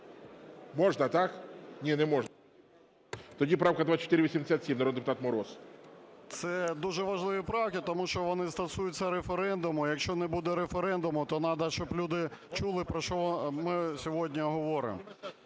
Можна, так? Ні, не можна. Тоді правка 2487, народний депутат Мороз. 13:44:37 МОРОЗ В.В. Це дуже важливі правки, тому що вони стосуються референдуму. Якщо не буде референдуму, то надо, щоб люди чули, про що ми сьогодні говоримо.